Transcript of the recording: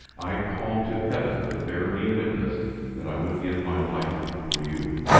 i call to heaven to bear me witness that i would give my life for you.